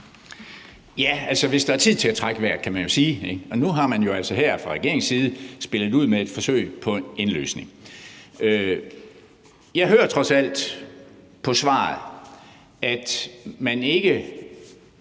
Ja, hvis der er tid til at trække vejret, kan man sige. Nu har man jo altså her fra regeringens side spillet ud med et forsøg på en løsning. Jeg hører trods alt på svaret, at man i